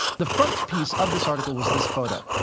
the frontispiece of this article was this photo,